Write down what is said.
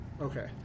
Okay